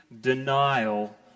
denial